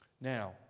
Now